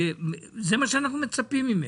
וזה מה שאנחנו מצפים ממך,